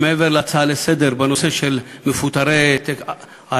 מעבר להצעה לסדר-היום בנושא של מפוטרי "מגבות